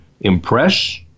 impress